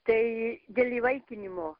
tai dėl įvaikinimo